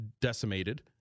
decimated